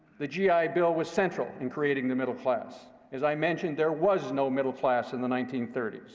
the gi bill was central in creating the middle class. as i mentioned, there was no middle class in the nineteen thirty